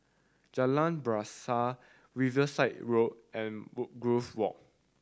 Jalan Bahasa Riverside Road and Woodgrove Walk